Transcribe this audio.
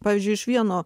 pavyzdžiui iš vieno